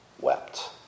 wept